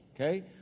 okay